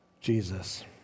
Jesus